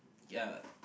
ya